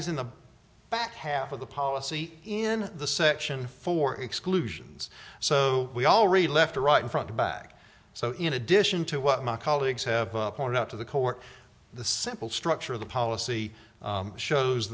back half of the policy in the section for exclusions so we already left or right in front to back so in addition to what my colleagues have pointed out to the court the simple structure of the policy shows